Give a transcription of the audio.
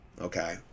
okay